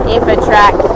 InfoTrack